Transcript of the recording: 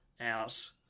out